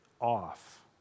off